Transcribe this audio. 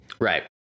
right